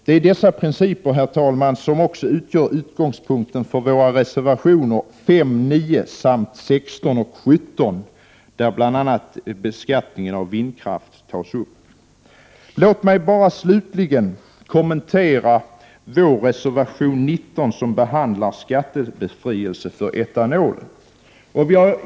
Det är dessa principer, herr talman, som utgör utgångspunkt för våra reservationer 5, 9 och 16, där bl.a. beskattningen av vindkraft tas upp. Låt mig slutligen få kommentera vår reservation 19, som gäller skattebefrielse för etanol.